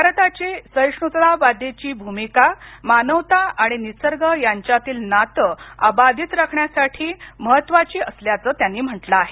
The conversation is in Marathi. भारताची सहिष्णूतावादाची भावना मानवता आणि निसर्ग यांच्यातील नाते अबाधित राखण्यासाठी महत्त्वाचे असल्याचं त्यांनी म्हटलं आहे